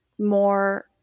more